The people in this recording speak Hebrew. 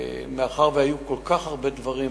מאחר שהיו כל כך הרבה דברים,